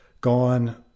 gone